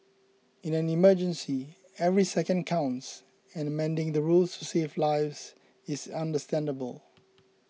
in an emergency every second counts and amending the rules to save lives is understandable